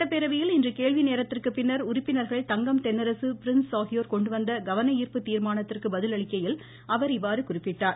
சட்டப்பேரவையில் இன்று கேள்வி நேரத்திற்குப்பின்னர் உறுப்பினர்கள் தங்கம் தென்னரசு பிரின்ஸ் ஆகியோர் கொண்டுவந்த கவன ஈர்ப்பு தீர்மானத்திற்கு பதிலளிக்கையில் அவர் இவ்வாறு குறிப்பிட்டார்